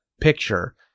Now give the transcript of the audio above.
picture